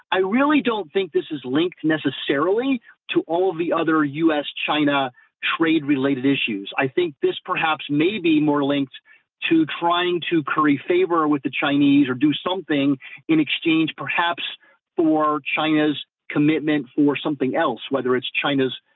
i really don't think this is linked necessarily to all the other u s china trade-related issues. i think this perhaps maybe more linked to trying to curry favor with the chinese or do something in exchange perhaps for china's commitment for something else whether it's china's